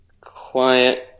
client